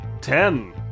ten